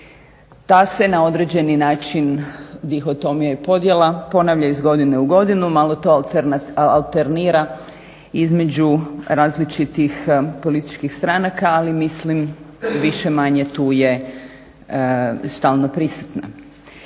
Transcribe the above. Ta se na određeni način dihotomija i podjela ponavlja iz godine u godinu, malo to alternira između različitih političkih stranaka ali mislim više-manje tu je stalno prisutna.